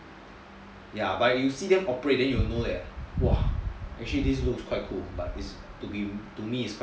ya but you see them operate then you will know that !wah! actually this looks quite cool but to me is quite